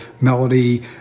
Melody